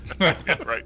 Right